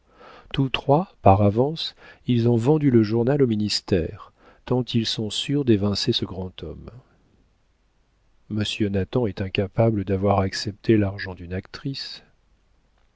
tous trois par avance ils ont vendu le journal au ministère tant ils sont sûrs d'évincer ce grand homme monsieur nathan est incapable d'avoir accepté l'argent d'une actrice